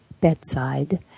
bedside